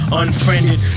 unfriended